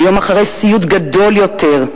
ביום שאחרי סיוט גדול יותר,